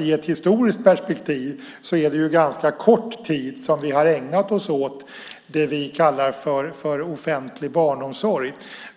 I ett historiskt perspektiv är det ganska kort tid som vi har ägnat oss åt det vi kallar för offentlig barnomsorg.